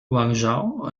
guangzhou